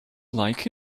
like